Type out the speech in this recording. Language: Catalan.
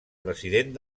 president